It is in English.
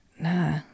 nah